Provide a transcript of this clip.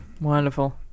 Wonderful